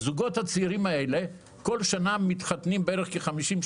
כל שנה מתחתנים בערך כ-50,000,